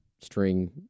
string –